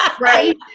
right